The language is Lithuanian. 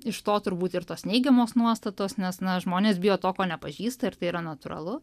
iš to turbūt ir tos neigiamos nuostatos nes na žmonės bijo to ko nepažįsta ir tai yra natūralu